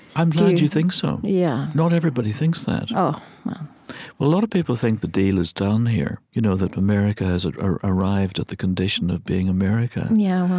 i'm glad you think so yeah not everybody thinks that oh a lot of people think the deal is done here, you know that america has arrived at the condition of being america yeah,